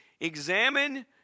Examine